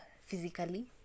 physically